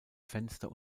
fenster